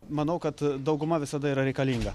manau kad dauguma visada yra reikalinga